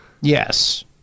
Yes